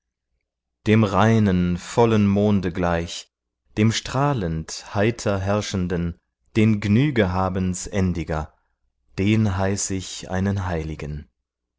dem reinen vollen monde gleich dem strahlend heiter herrschenden den gnügehabensendiger den heiß ich einen heiligen